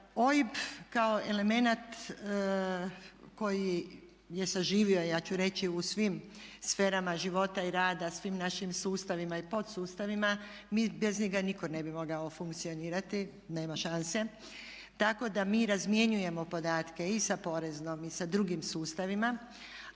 OIB kao element koji je saživio ja ću reći u svim sferama života i rada, svim našim sustavima i podsustavima mi bez njega nitko ne bi mogao funkcionirati, nema šanse. Tako da mi razmjenjujemo podatke i sa poreznom i sa drugim sustavima.